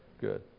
good